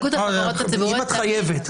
אם את חייבת.